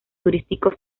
turísticos